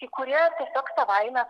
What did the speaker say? kai kurie tiesiog savaime